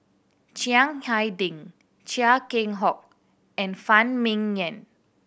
Chiang Hai Ding Chia Keng Hock and Phan Ming Yen